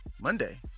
Monday